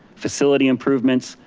facility improvements,